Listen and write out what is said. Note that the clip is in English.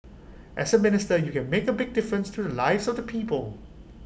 as A minister you can make A big difference to the lives of the people